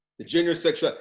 the junior section,